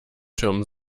türmen